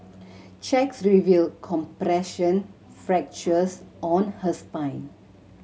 checks revealed compression fractures on her spine